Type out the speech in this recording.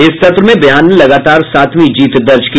इस सत्र में बिहार ने लगातार सातवीं जीत दर्ज की